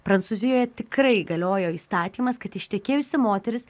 prancūzijoje tikrai galiojo įstatymas kad ištekėjusi moteris